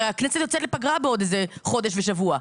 הרי הכנסת יוצאת לפגרה בעוד חודש ושבוע.